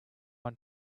want